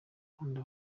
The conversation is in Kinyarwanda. ukunda